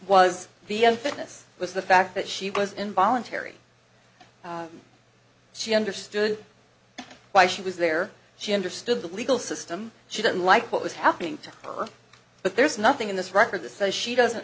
was the unfitness was the fact that she was involuntary she understood why she was there she understood the legal system she didn't like what was happening to her but there's nothing in this record this says she doesn't